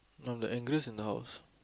I'm the angriest in the house